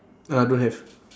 ah don't have